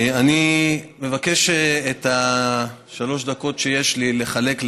אני מבקש את השלוש דקות שיש לי לחלק,